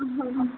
ହଁ ହଁ